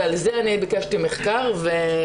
ועל זה ביקשתי מחקר,